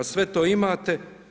Sve to imate.